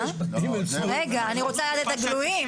רגע אנחנו מדברים על הגלויים,